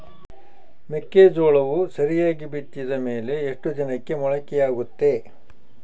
ಮೆಕ್ಕೆಜೋಳವು ಸರಿಯಾಗಿ ಬಿತ್ತಿದ ಮೇಲೆ ಎಷ್ಟು ದಿನಕ್ಕೆ ಮೊಳಕೆಯಾಗುತ್ತೆ?